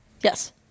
yes